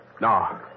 No